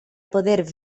poder